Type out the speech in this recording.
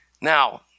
Now